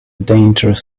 dangerous